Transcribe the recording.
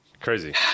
Crazy